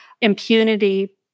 Impunity